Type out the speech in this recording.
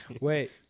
wait